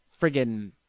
friggin